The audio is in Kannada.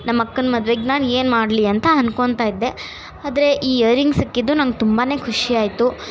ನಮ್ಮ ಅಕ್ಕನ ಮದುವೆಗೆ ನಾನು ಏನ್ಮಾಡಲಿ ಅಂತ ಅಂದ್ಕೊಳ್ತಾ ಇದ್ದೆ ಆದರೆ ಈ ಇಯರಿಂಗ್ಸ್ ಸಿಕ್ಕಿದ್ದು ನಂಗೆ ತುಂಬಾನೆ ಖುಷಿಯಾಯ್ತು